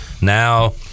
now